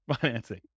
financing